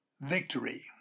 victory